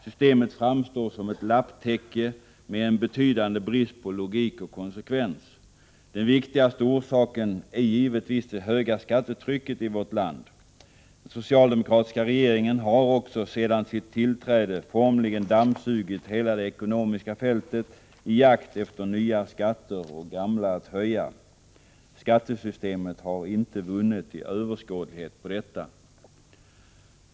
Systemet framstår som ett lapptäcke med en betydande brist på logik och konsekvens. Den viktigaste orsaken är givetvis det höga skattetrycket i vårt land. Den socialdemokratiska regeringen har också sedan sitt tillträde formligen dammsugit hela det ekonomiska fältet på jakt efter nya skatter och gamla att höja. Skattesystemet har inte vunnit i överskådlighet på detta.